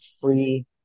free